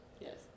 Yes